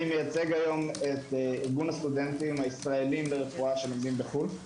אני מייצג היום את ארגון הסטודנטים הישראלים ברפואה שלומדים בחו"ל.